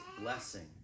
blessing